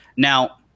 Now